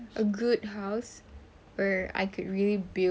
a good house or I could really build